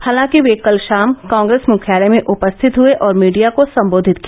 हालांकि वे कल शाम कांग्रेस मुख्यालय में उपस्थित हए और मीडिया को संबोधित किया